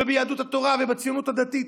ביהדות התורה ובציונות הדתית,